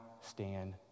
stand